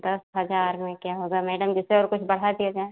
दस हज़ार में क्या होगा मैडम जैसे और कुछ बढ़ा दिया जाए